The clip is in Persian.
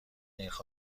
نرخ